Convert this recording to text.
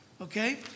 okay